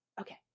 Okay